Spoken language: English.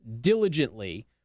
diligently